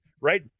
Right